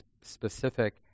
specific